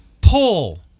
pull